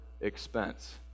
expense